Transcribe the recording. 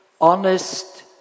honest